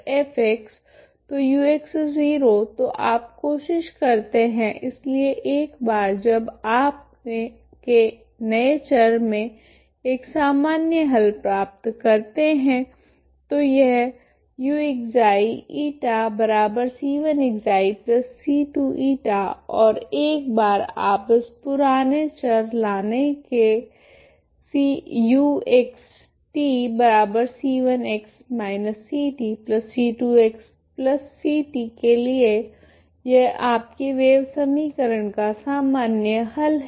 ux0f तो ux0 तो आप कोशिश करते हैं इसलिए एक बार जब आपके नए चर में एक सामान्य हल प्राप्त करते हैं तो यह uξηc1ξ c2η और एक बार आप इस पुराने चर लाने के u x tc1x−ctc2xct के लिए यह आपकी वेव समीकरण का सामान्य हल है